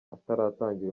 ataratangira